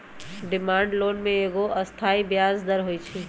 demand loan में एगो अस्थाई ब्याज दर होइ छइ